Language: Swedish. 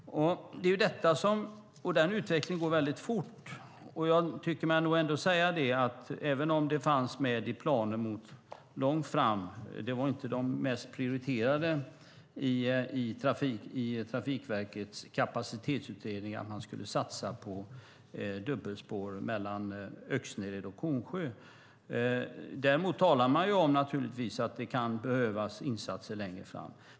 Den utvecklingen går fort. Även om det fanns långt framskridna planer var det inte mest prioriterat i Trafikverkets kapacitetsutredning att satsa på dubbelspår mellan Öxnered och Kornsjö. Däremot talas det om att det kan behövas insatser längre fram.